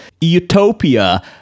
utopia